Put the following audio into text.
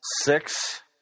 Six